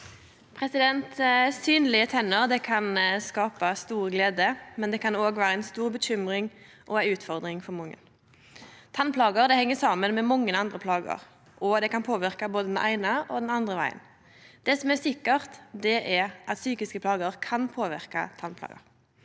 Synlege tenner kan skape stor glede, men det kan òg vere ei stor bekymring og ei utfordring for mange. Tannplager heng saman med mange andre plager, og det kan påverke både den eine og den andre vegen. Det som er sikkert, er at psykiske plager kan påverke tannplager.